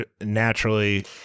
naturally